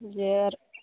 जे आर